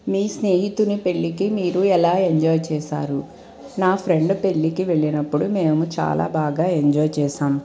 మీ స్నేహితుని పెళ్ళికి మీరు ఎలా ఎంజాయ్ చేశారు నా ఫ్రెండ్ పెళ్ళికి వెళ్ళినప్పుడు మేము చాలా బాగా ఎంజాయ్ చేశాము